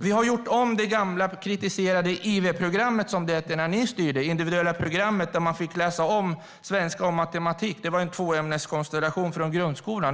Alliansregeringen gjorde om det gamla kritiserade IV-programmet som inrättades när ni styrde. Det var det individuella programmet där man fick läsa om svenska och matematik. Det var en tvåämneskonstellation från grundskolan.